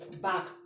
back